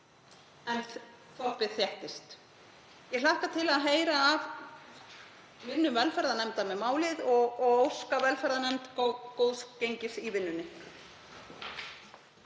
í þorpinu þéttist. Ég hlakka til að heyra af vinnu velferðarnefndar með málið og óska nefndinni góðs gengis í vinnunni.